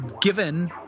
given